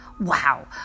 Wow